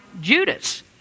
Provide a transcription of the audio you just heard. Judas